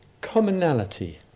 commonality